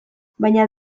baina